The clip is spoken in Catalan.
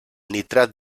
nitrat